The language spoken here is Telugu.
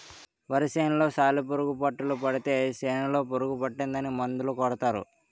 వరి సేనులో సాలిపురుగు పట్టులు పడితే సేనులో పురుగు వచ్చిందని మందు కొడతారు